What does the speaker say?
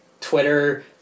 Twitter